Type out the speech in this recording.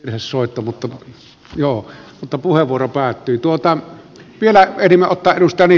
ne soittavat tulla jo mutta puhevuoro päättyy tuota vielä ehdimme ottaa musteni